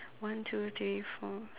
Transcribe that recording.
one two three four